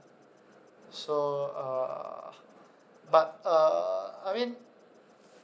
so uh but uh I mean